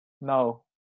No